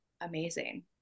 amazing